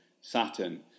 Saturn